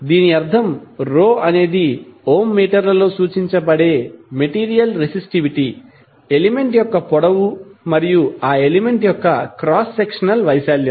దీని అర్థం అనేది ఓం మీటర్లలో సూచించబడే మెటీరీయల్ రెసిస్టివిటీ l ఎలిమెంట్ యొక్క పొడవు మరియు A ఎలిమెంట్ యొక్క క్రాస్ సెక్షనల్ వైశాల్యం